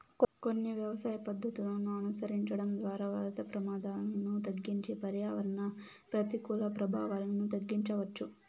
కొన్ని వ్యవసాయ పద్ధతులను అనుసరించడం ద్వారా వరద ప్రమాదాలను తగ్గించి పర్యావరణ ప్రతికూల ప్రభావాలను తగ్గించవచ్చు